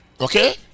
Okay